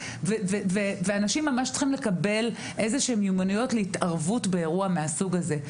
אנשים צריכים לקבל מיומנויות להתערבות באירוע מהסוג הזה,